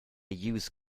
use